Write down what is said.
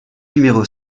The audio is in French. numéro